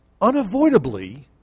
unavoidably